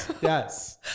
yes